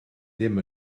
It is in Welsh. ddim